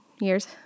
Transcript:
years